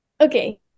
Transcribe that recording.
Okay